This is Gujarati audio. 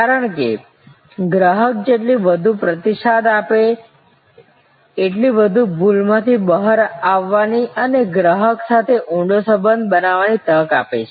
કારણ કે ગ્રાહક જેટલી વધુ પ્રતિસાદ આપે છે તેટલી વધુ ભૂલમાંથી બહાર આવવાની અને ગ્રાહક સાથે ઊંડો સંબંધ બનાવવાની તક છે